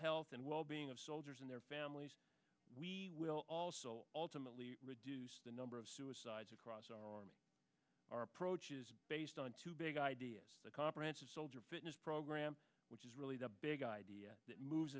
health and well being of soldiers and their families we will ultimately reduce the number of suicides across our army our approach is based on two big ideas the comprehensive soldier fitness program which is really the big idea that moves